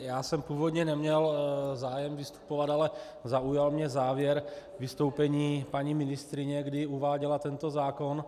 Já jsem původně neměl zájem vystupovat, ale zaujal mě závěr vystoupení paní ministryně, kdy uváděla tento zákon.